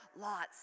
lots